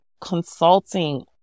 consulting